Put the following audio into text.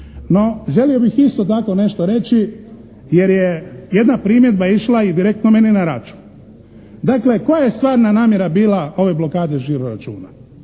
No želio bih isto tako nešto reći jer je jedna primjedba išla i direktno meni na račun. Dakle koja je stvarna namjera bila ove blokade žiro-računa.